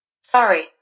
Sorry